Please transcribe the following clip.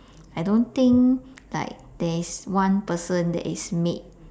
I don't think like there is one person that is made